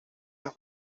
las